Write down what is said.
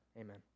Amen